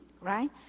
right